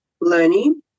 learning